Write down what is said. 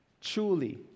truly